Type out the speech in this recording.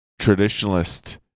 traditionalist